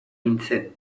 nintzen